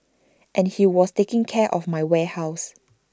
and he was taking care of my warehouse